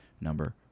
number